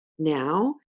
Now